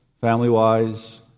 family-wise